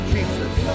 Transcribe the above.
Jesus